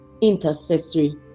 intercessory